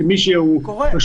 כמי שהוא יושב-ראש